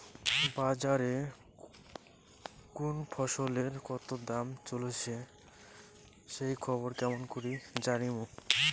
বাজারে কুন ফসলের কতো দাম চলেসে সেই খবর কেমন করি জানীমু?